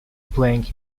playing